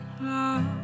love